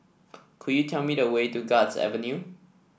could you tell me the way to Guards Avenue